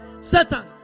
Satan